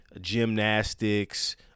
gymnastics